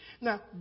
Now